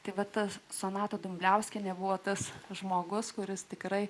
tai vat tas sonata dumbliauskienė buvo tas žmogus kuris tikrai